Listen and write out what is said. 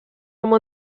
uomo